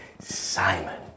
Simon